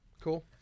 Cool